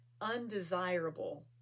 undesirable